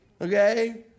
Okay